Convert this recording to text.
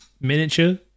miniature